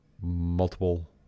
multiple